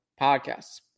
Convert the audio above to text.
podcasts